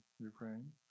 Ukraine